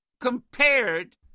compared